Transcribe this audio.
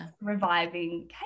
reviving